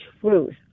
truth